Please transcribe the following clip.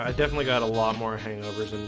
ah definitely got a lot more hangovers. and